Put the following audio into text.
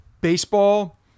baseball